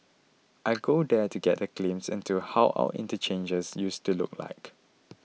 I go there to get a glimpse into how our interchanges used to look like